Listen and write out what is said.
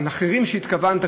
האחרים שהתכוונת,